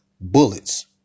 Bullets